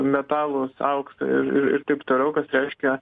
metalus auksą ir ir ir taip toliau kas reiškia